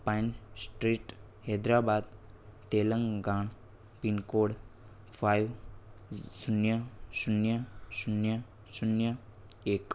pine street Hyderabad Telangana pincode five શૂન્ય શૂન્ય શૂન્ય શૂન્ય એક